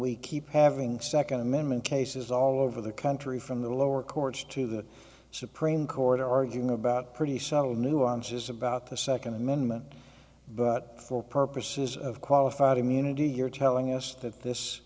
we keep having second amendment cases all over the country from the lower courts to the supreme court arguing about pretty subtle nuances about the second amendment but for purposes of qualified immunity you're telling us that this